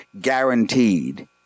guaranteed